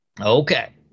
Okay